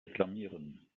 reklamieren